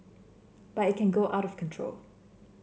but it can go out of control